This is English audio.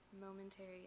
momentary